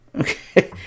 Okay